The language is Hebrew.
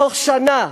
תוך שנה,